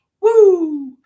Woo